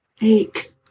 ache